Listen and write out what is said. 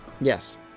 Yes